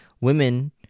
women